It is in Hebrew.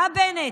הא, בנט?